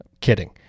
Kidding